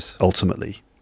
ultimately